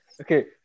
okay